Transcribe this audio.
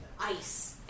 ice